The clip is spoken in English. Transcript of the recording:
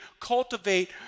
cultivate